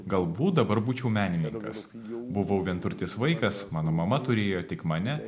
galbūt dabar būčiau menininkas buvau vienturtis vaikas mano mama turėjo tik mane